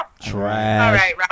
trash